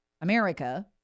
America